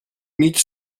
mig